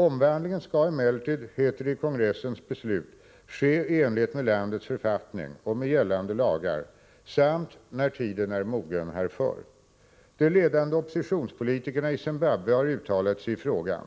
Omvandlingen skall emellertid, heter det i kongressens beslut, ske i enlighet med landets författning och med gällande lagar, samt ”när tiden är mogen härför”. De ledande oppositionspolitikerna i Zimbabwe har uttalat sig i frågan.